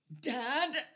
Dad